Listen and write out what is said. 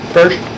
First